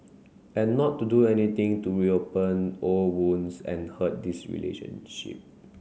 and not to do anything to reopen old wounds and hurt this relationship